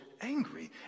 angry